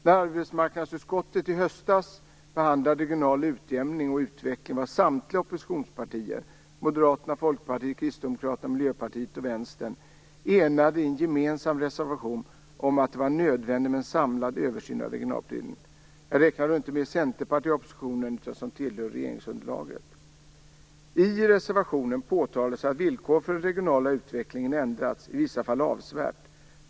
När arbetsmarknadsutskottet i höstas behandlade regional utjämning och utveckling var samtliga oppositionspartier - Moderaterna, Folkpartiet, Kristdemokraterna, Miljöpartiet och Vänsterpartiet - enade i en gemensam reservation om att det var nödvändigt med en samlad översyn av regionalpolitiken. Jag räknar inte med Centerpartiet i oppositionen, eftersom det tillhör regeringsunderlaget. I reservationen påtalade vi att villkoren för den regionala utvecklingen ändrats, i vissa fall avsevärt.